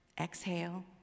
Exhale